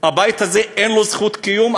הבית הזה, אין לו זכות קיום.